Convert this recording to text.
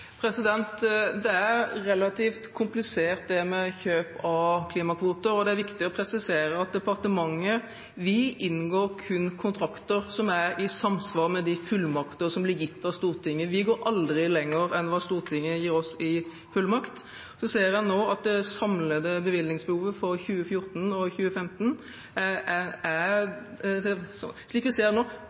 er relativt komplisert, og det er viktig å presisere at vi i departementet kun inngår kontrakter som er i samsvar med de fullmakter som blir gitt av Stortinget. Vi går aldri lenger enn hva Stortinget gir oss i fullmakt. Så ser vi nå at det samlede bevilgningsbehovet for 2014 og 2015 kan være noe vi må komme tilbake til